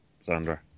Sandra